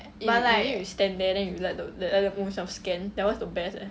eh you mean you stand there then you let the let them own self scan that [one] is the best leh